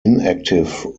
inactive